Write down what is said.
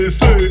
say